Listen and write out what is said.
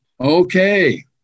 Okay